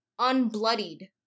unbloodied